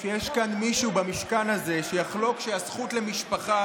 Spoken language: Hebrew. שיש כאן מישהו במשכן הזה שיחלוק שהזכות למשפחה